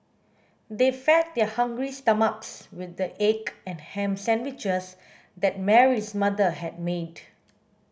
they fed their hungry stomachs with the egg and ham sandwiches that Mary's mother had made